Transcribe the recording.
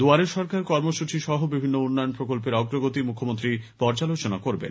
দুয়ারে সরকার কর্মসূচী সহ বিভিন্ন উন্নয়ন প্রকল্পের অগ্রগতি মুখ্যমন্ত্রী পর্যালোচনা করবেন